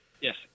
Yes